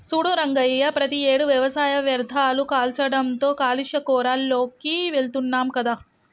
సూడు రంగయ్య ప్రతియేడు వ్యవసాయ వ్యర్ధాలు కాల్చడంతో కాలుష్య కోరాల్లోకి వెళుతున్నాం కదా